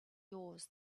yours